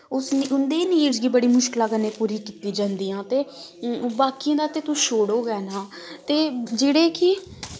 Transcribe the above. उंदी नीड़स बी बड़ी मुश्कला कन्नै पूरी कीती जंदीआं ते बाकियें दा ते तुस छोड़ो गै ना ते जेह्ड़े कि